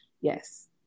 yes